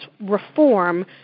reform